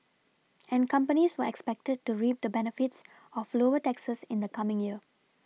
and companies were expected to reap the benefits of lower taxes in the coming year